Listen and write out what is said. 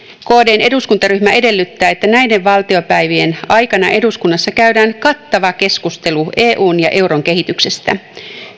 kdn eduskuntaryhmä edellyttää että näiden valtiopäivien aikana eduskunnassa käydään kattava keskustelu eun ja euron kehityksestä